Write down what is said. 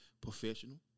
professional